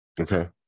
okay